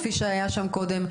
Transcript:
כפי שהיה שם קודם?